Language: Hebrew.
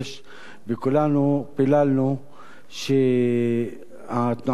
וכולנו פיללנו שתנועת המחאה,